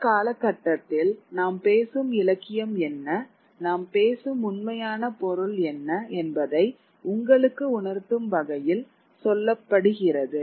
இந்த காலகட்டத்தில் நாம் பேசும் இலக்கியம் என்ன நாம் பேசும் உண்மையான பொருள் என்ன என்பதை உங்களுக்கு உணர்த்தும் வகையில் சொல்லப்படுகிறது